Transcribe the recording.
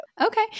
Okay